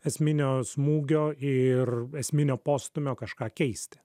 esminio smūgio ir esminio postūmio kažką keisti